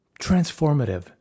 transformative